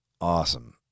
awesome